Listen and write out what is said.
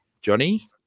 Johnny